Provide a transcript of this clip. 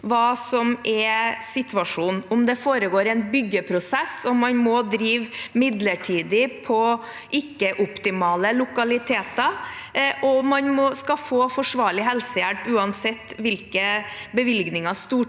hva som er situasjonen, og uansett om det foregår en byggeprosess og man må drive midlertidig på ikke-optimale lokaliteter. Man skal få forsvarlig helsehjelp uansett hvilke bevilgninger